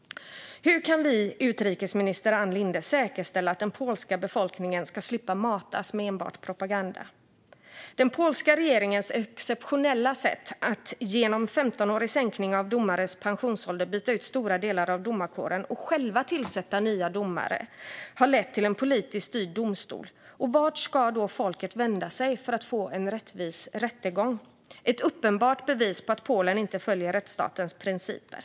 Hur kan vi, utrikesminister Ann Linde, säkerställa att den polska befolkningen ska slippa matas med enbart propaganda? Den polska regeringens exceptionella sätt att genom en sänkning av domares pensionsålder med 15 år byta ut stora delar av domarkåren och själva tillsätta nya domare har lett till en politiskt styrd domstol. Vart ska då folket vända sig för att få en rättvis rättegång? Detta är ett uppenbart bevis på att Polen inte följer rättsstatens principer.